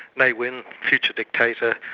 ne win, future dictator,